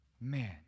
Man